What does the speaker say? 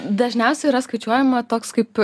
dažniausiai yra skaičiuojama toks kaip